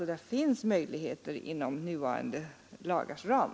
Det finns alltså vissa möjligheter inom nuvarande lagars ram.